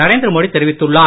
நரேந்திர மோடி தெரிவித்துள்ளார்